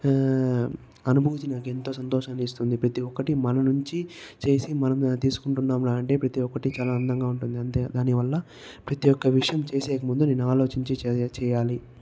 అనుభూతి నాకు ఎంతో సంతోషాన్ని ఇస్తుంది ప్రతి ఒక్కటి మన నుంచి చేసి మనం తీసుకుంటున్నాము అంటే ప్రతి ఒక్కటి చాలా అందంగా ఉంటుంది అంతే దానివల్ల ప్రతి ఒక్క విషయం చేసే ముందు నేను ఆలోచించి చే చేయాలి